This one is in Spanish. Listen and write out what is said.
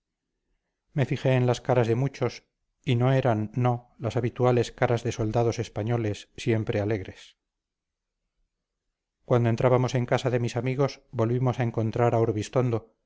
me fijé en las caras de muchos y no eran no las habituales caras de soldados españoles siempre alegres cuando entrábamos en casa de mis amigos volvimos a encontrar a